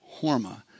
Horma